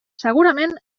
segurament